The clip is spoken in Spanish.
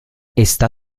está